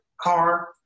car